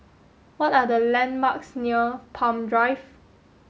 what are the landmarks near Palm Drive